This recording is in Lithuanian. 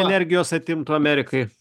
energijos atimtų amerikai